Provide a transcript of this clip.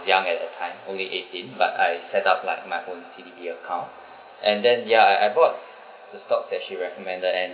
young at that time only eighteen but I set up like my own T_D_B account and then ya I I bought the stock that she recommended and